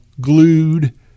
glued